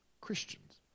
Christians